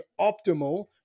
optimal